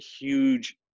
huge